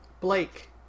Blake